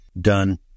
done